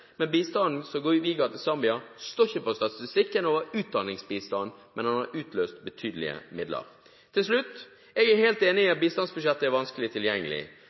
Men bistanden som vi ga til Zambia, står ikke på statistikken over utdanningsbistand, men den har utløst betydelige midler. Til slutt: Jeg er helt enig i at bistandsbudsjettet er vanskelig tilgjengelig.